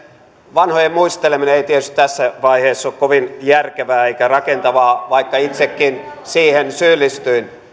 vanhojen muisteleminen ei tietysti tässä vaiheessa ole kovin järkevää eikä rakentavaa vaikka itsekin siihen syyllistyin